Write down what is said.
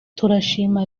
turashima